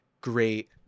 great